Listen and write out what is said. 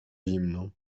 zimno